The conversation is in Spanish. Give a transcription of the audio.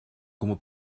como